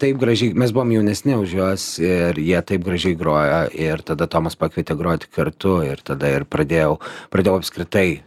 taip gražiai mes buvom jaunesni už juos ir jie taip gražiai grojo ir tada tomas pakvietė groti kartu ir tada ir pradėjau pradėjau apskritai